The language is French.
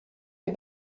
des